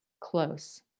close